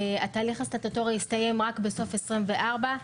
התהליך הסטטוטורי יסתיים רק בסוף 2024,